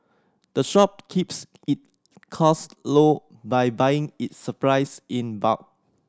the shop keeps it cost low by buying its supplies in bulk